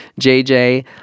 JJ